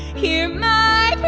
hear my